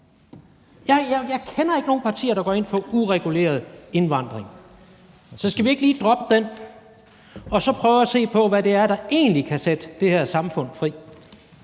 Jeg kender ikke nogen partier, der går ind for en ureguleret indvandring. Så skal vi ikke lige droppe den og prøve at se på, hvad det egentlig er, der kan sætte det her samfund fri?